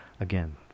Again